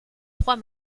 trois